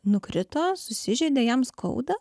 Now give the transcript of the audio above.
nukrito susižeidė jam skauda